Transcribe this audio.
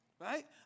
right